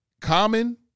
common